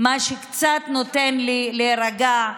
מה שקצת נותן לי להירגע,